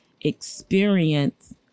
experience